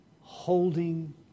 holding